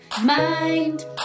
mind